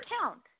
count